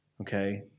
Okay